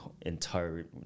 entire